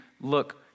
look